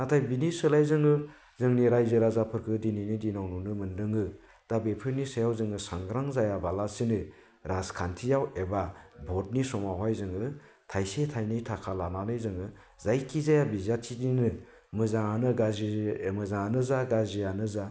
नाथाय बेनि सोलाय जोङो जोंनि रायजो राजाफोरखौ दिनैनि दिनाव नुनो मोनदों दा बेफोरनि सायाव जोङो सांग्रां जायाबालासिनो राजखान्थियाव एबा भटनि समावहाय जोङो थाइसे थाइनै थाखा लानानै जोङो जायखिजाया बिजाथिनोनो मोजाङानो जा गाज्रियानो जा